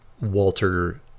Walter